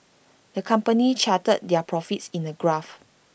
the company charted their profits in A graph